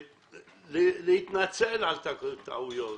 להתנצל על טעויות,